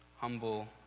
humble